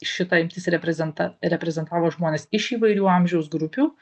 šita imtis reprezenta reprezentavo žmones iš įvairių amžiaus grupių